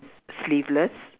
sleeveless